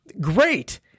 Great